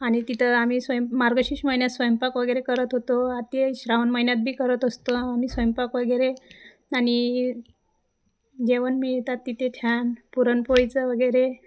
आणि तिथं आम्ही स्वयं मार्गशीर्ष महिन्यात स्वयंपाक वगैरे करत होतो आ ते श्रावण महिन्यात बी करत असतो आम्ही स्वयंपाक वगैरे आणि जेवण मिळतात तिथे छान पुरणपोळीचं वगैरे